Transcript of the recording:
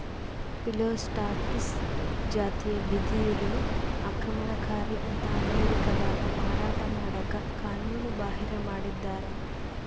Phyllostachys ಜಾತಿಯ ಬಿದಿರು ಆಕ್ರಮಣಕಾರಿ ಅಂತ ಅಮೇರಿಕಾದಾಗ ಮಾರಾಟ ಮಾಡಕ ಕಾನೂನುಬಾಹಿರ ಮಾಡಿದ್ದಾರ